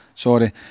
Sorry